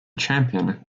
champion